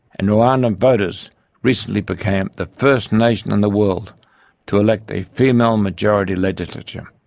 and rwandan voters recently became the first nation in the world to elect a female majority legislature.